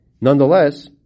Nonetheless